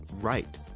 right